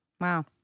Wow